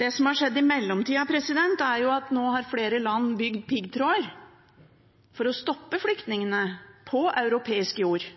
Det som har skjedd i mellomtida, er at nå har flere land bygd opp med piggtråd for å stoppe flyktningene på europeisk jord.